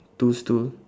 two stool